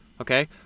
okay